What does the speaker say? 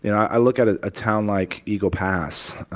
and i look at a ah town like eagle pass.